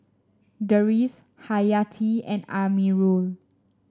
Deris Hayati and Amirul